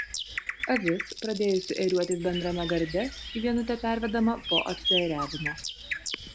avis pradėjusi ėriuotis bendrame garde į vienutę pervedama po apsiėriavimo